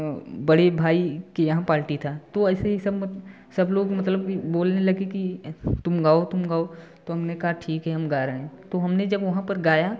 बड़े भाई के यहाँ पार्टी था तो ऐसे ही सब मतलब सब लोग बोलने लगे कि तुम गाओ तुम गाओ तो हमने कहा ठीक है हम गा रहे हैं तो हमने जब वहाँ पर गाया